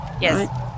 Yes